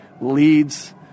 leads